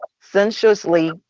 sensuously